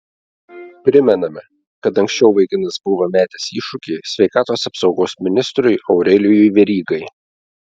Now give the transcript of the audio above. primename kad anksčiau vaikinas buvo metęs iššūkį sveikatos apsaugos ministrui aurelijui verygai